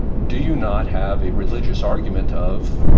do you not have a religious argument of,